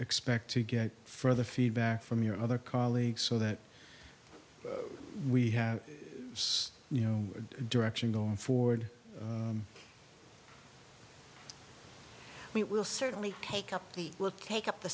expect to get further feedback from your other colleagues so that we have you know direction going forward we will certainly take up the will take up the